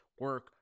Work